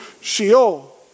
Sheol